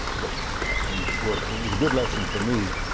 but he worked and it was a good lesson for me,